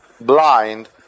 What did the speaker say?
blind